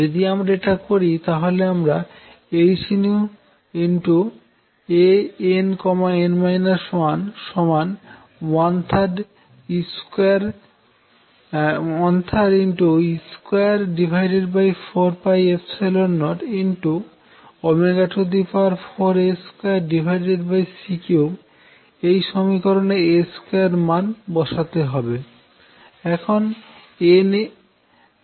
যদি আমরা এটা করি তাহলে আমরা hAnn 1 13e2404A2C3 এই সমীকরণে A2মান বসাতে হবে